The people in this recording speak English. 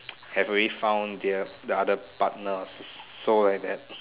have already found the uh the another partner so like that